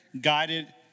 guided